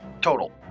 total